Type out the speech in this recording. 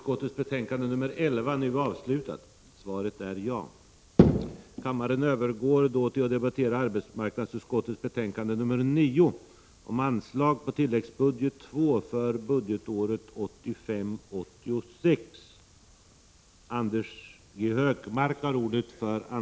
Kammaren övergår nu till att debattera arbetsmarknadsutskottets betänkande 9 om anslag på tilläggsbudget II för budgetåret 1985/86.